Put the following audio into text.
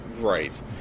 Right